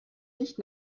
nicht